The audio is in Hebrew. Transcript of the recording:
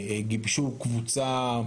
גיבשו קבוצה,